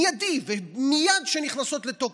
מיידי ומייד כשהן נכנסות לתוקף.